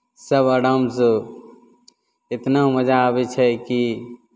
सभ आरामसँ इतना मजा आबै छै कि